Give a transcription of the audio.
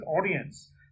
audience